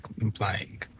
implying